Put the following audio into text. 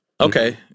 Okay